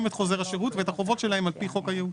את חוזר השירות ואת החובות שלהם על פי חוק הייעוץ.